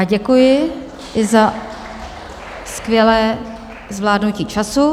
Já děkuji i za skvělé zvládnutí času.